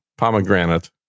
Pomegranate